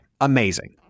Amazing